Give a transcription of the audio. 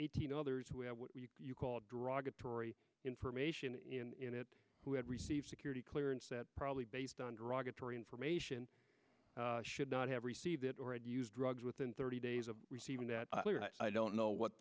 eighteen others who have what you call derogatory information in it who had received security clearance that probably based on derogatory information should not have received it or at use drugs within thirty days of receiving that i don't know what